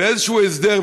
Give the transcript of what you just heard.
באיזשהו הסדר,